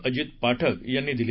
अजित पाठक यांनी दिली